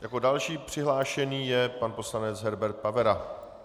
Jako další přihlášený je pan poslanec Herbert Pavera.